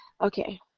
Okay